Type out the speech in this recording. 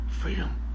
freedom